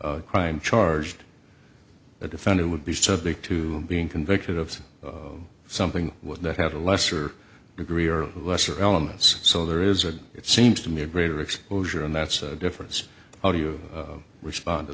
crime charged the defendant would be subject to being convicted of something that had a lesser degree or lesser elements so there is a it seems to me a greater exposure and that's a difference how do you respond to